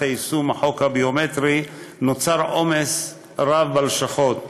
יישום חוק הביומטרי נוצר עומס רב בלשכות,